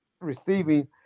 receiving